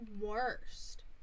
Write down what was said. worst